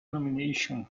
nomination